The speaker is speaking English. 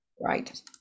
Right